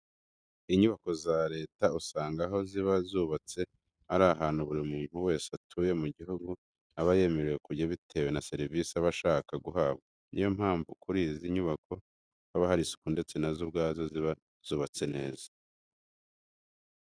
Inyubako za leta usanga aho ziba zubatse ari ahantu buri muntu wese utuye mu gihugu aba yemerewe kujya bitewe na serivise aba ashaka guhabwa. Ni yo mpamvu kuri izi nyubako haba hari isuku ndetse na zo ubwazo ziba zubatse neza.